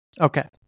okay